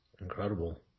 Incredible